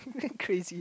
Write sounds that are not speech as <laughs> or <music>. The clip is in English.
<laughs> crazy